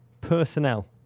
personnel